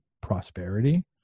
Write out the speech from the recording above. prosperity